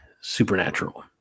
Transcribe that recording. Supernatural